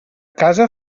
casa